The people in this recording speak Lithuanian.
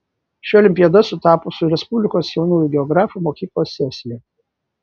ši olimpiada sutapo su respublikos jaunųjų geografų mokyklos sesija